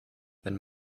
wenn